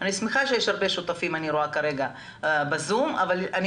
אני שמחה שיש הרבה שותפים כרגע בזום אבל אני